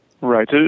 Right